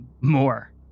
more